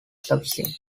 sufficient